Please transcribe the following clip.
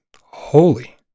holy